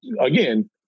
again